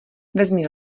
vezmi